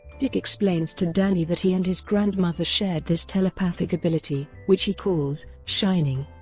dick explains to danny that he and his grandmother shared this telepathic ability, which he calls shining.